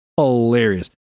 hilarious